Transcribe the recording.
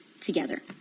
together